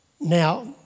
Now